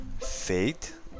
faith